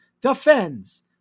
defends